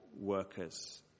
workers